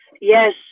Yes